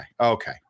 okay